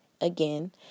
again